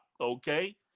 okay